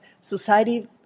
society